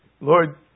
Lord